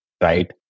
Right